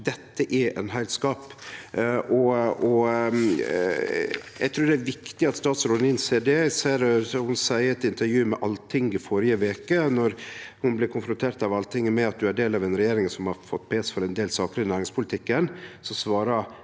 Dette er ein heilskap, og eg trur det er viktig at statsråden innser det. Eg ser at ho sa i eit intervju med Altinget førre veke, då ho blei konfrontert av Altinget med at ho er del av ei regjering som har fått pes for ein del saker i næringspolitikken: «Det er mer